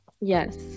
Yes